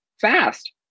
fast